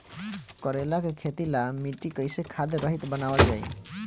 करेला के खेती ला मिट्टी कइसे खाद्य रहित बनावल जाई?